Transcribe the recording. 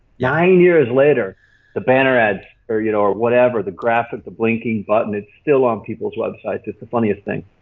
nine years later the banner ads, or you know or whatever, the graphic, the blinking button, it's still on people's website, it's the funniest thing.